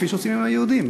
כפי שעושים עם היהודים.